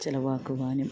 ചിലവാക്കുവാനും